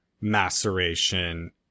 maceration